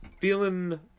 feeling